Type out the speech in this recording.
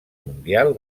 mundial